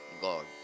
God